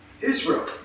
Israel